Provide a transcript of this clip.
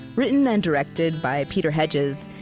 written and directed by peter hedges,